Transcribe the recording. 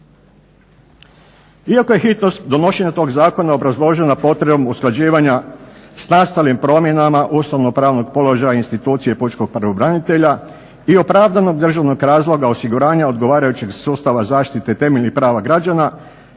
Iako je hitnost donošenja tog zakona obrazložena potrebom usklađivanja s nastalim promjenama ustavno-pravnog položaja institucije pučkog pravobranitelja i opravdanog državnog razloga osiguranja odgovarajućeg sustava zaštite temeljnih prava građana